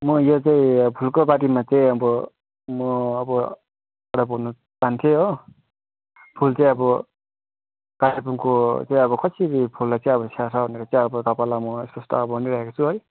म यो चाहिँ फुलको बारेमा चाहिँ अब म अब एउटा बोल्नु चाहन्थेँ हो फुल चाहिँ अब कालिम्पोङको चाहिँ अब कसरी फुललाई चाहिँ अब स्याहार्छ भनेर अब तपाईँलाई म यस्तो यस्तो अब भनिरहेको छु है